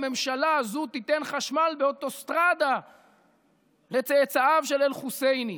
הממשלה הזו תיתן חשמל באוטוסטרדה לצאצאיו של אל-חוסייני.